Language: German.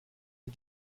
die